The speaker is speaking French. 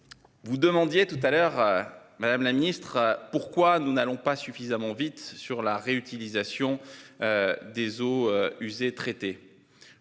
Vous demandiez tout à l'heure madame la Ministre, pourquoi nous n'allons pas suffisamment vite sur la réutilisation. Des eaux usées traitées,